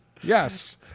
yes